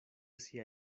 sia